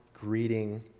greeting